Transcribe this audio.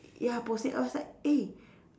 ya posting I was like eh